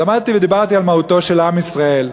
אז עמדתי ודיברתי על מהותו של עם ישראל.